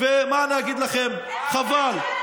תודה.